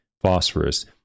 phosphorus